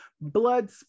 blood